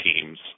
teams